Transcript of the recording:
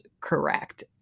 correct